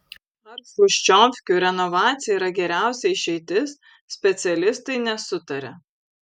ar chruščiovkių renovacija yra geriausia išeitis specialistai nesutaria